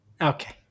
Okay